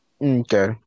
Okay